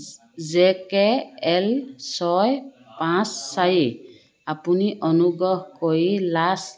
J K L ছয় পাঁচ চাৰি আপুনি অনুগ্ৰহ কৰি লাছ